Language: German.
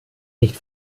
nicht